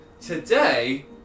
today